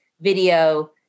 video